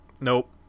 Nope